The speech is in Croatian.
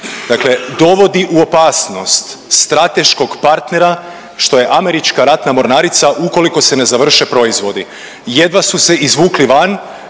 dakle dovodi u opasnost strateškog partnera što je američka ratna mornarica ukoliko se ne završe proizvodi. Jedva su se izvukli van